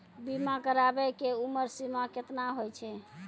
बीमा कराबै के उमर सीमा केतना होय छै?